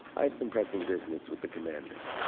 i have some pressing business with the commander.